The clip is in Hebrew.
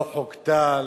לא חוק טל,